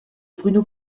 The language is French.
bruno